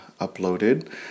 uploaded